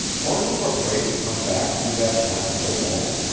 weren't you afraid to come back through that passage alone?